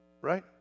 Right